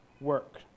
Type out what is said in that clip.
work